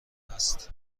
است